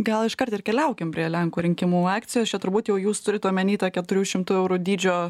gal iškart ir keliaukim prie lenkų rinkimų akcijos čia turbūt jau jūs turit omeny tą keturių šimtų eurų dydžio